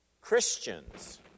Christians